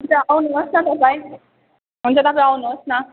हुन्छ आउनुहोस् न तपाईँ हुन्छ तपाईँ आउनुहोस् न